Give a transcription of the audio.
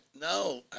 No